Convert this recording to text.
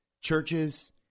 churches